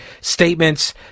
statements